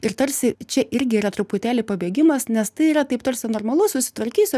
ir tarsi čia irgi yra truputėlį pabėgimas nes tai yra taip tarsi normalu susitvarkysiu